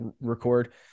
record